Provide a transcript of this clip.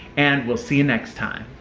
and we'll see you next time.